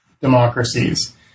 Democracies